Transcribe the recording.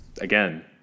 again